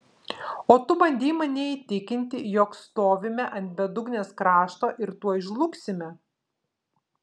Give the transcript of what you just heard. o tu bandai mane įtikinti jog stovime ant bedugnės krašto ir tuoj žlugsime